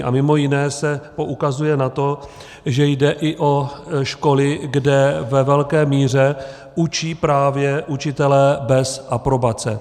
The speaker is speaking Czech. A mimo jiné se poukazuje na to, že jde i o školy, kde ve velké míře učí právě učitelé bez aprobace.